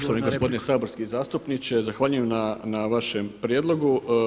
Poštovani gospodine saborski zastupniče, zahvaljujem na vašem prijedlogu.